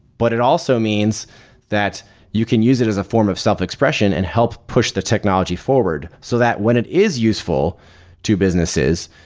but it also means that you can use it as a form of self-expression and help push the technology forward so that when it is useful to businesses,